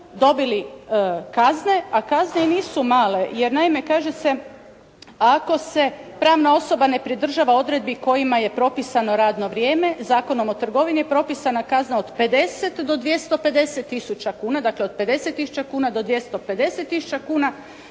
dobili kazne, a kazne i nisu male, jer naime kaže se ako se pravna osoba ne pridržava odredbi kojima je propisano radno vrijeme Zakonom o trgovini, propisana kazna od 50 do 250 tisuća kuna. Dakle, od 50 do 250 tisuća kuna,